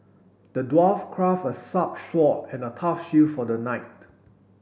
the dwarf craft a sharp sword and a tough shield for the knight